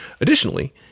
Additionally